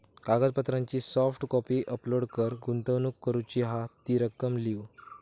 कागदपत्रांची soft copy upload कर, गुंतवणूक करूची हा ती रक्कम लिव्ह